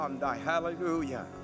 Hallelujah